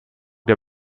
der